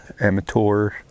Amateur